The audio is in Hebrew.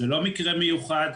זה לא מקרה מיוחד.